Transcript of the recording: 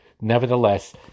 nevertheless